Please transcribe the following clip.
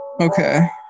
Okay